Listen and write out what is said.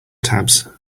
tabs